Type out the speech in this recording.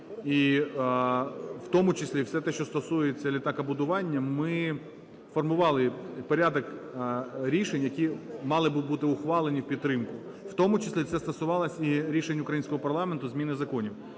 і в тому числі все те, що стосується літакобудування, ми формували порядок рішень, які мали би бути ухвалені в підтримку. В тому числі це стосувалось і рішень українського парламенту, зміни законів.